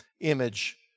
image